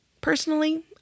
Personally